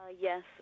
Yes